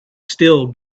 still